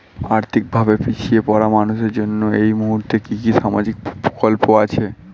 আর্থিক ভাবে পিছিয়ে পড়া মানুষের জন্য এই মুহূর্তে কি কি সামাজিক প্রকল্প আছে?